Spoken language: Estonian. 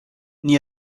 nii